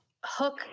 Hook